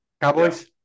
Cowboys